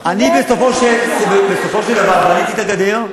אני בסופו של דבר בניתי את הגדר,